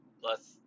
plus